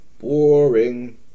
Boring